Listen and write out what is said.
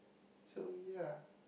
so ya